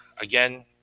again